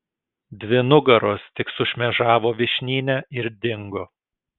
dvi nugaros tik sušmėžavo vyšnyne ir dingo